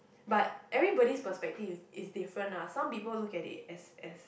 but everybody's perspective is different lah some people look at it as as